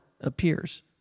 appears